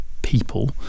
people